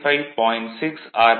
6 R